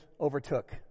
overtook